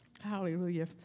Hallelujah